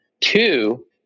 Two